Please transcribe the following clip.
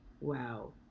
wow